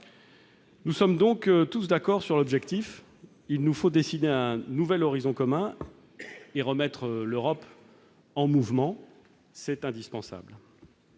Nous sommes donc tous d'accord sur l'objectif : il nous faut décider un nouvel horizon commun et remettre l'Europe en mouvement. C'est indispensable